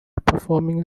performing